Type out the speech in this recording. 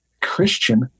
Christian